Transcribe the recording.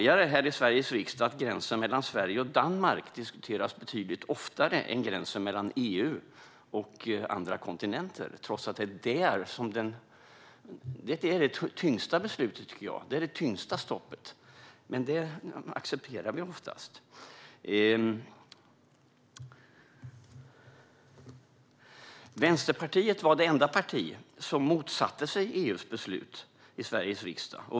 Gränsen mellan Sverige och Danmark diskuteras betydligt oftare här i Sveriges riksdag än gränsen mellan EU och andra kontinenter, trots att det är där det tyngsta beslutet och stoppet finns, men detta accepterar vi oftast. Vänsterpartiet var det enda parti som motsatte sig EU:s beslut i Sveriges riksdag.